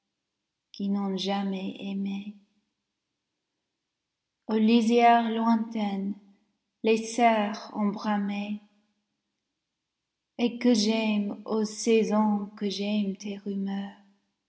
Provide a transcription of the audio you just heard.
qui n'ont jamais aimé aux lisières lointaines les cerfs ont bramé et que j'aime ô saison que j'aime tes rumeurs